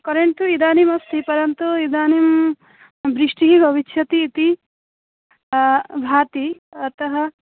current तु इदानीम् अस्ति परन्तु इदानीं वृष्टिः भविष्यति इति भाति अतः